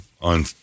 on